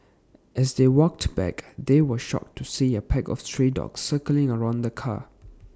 as they walked back they were shocked to see A pack of stray dogs circling around the car